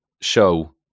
show